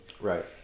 right